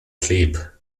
sleep